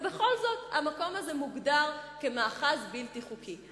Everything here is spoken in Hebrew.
ובכל זאת המקום הזה מוגדר כמאחז בלתי חוקי.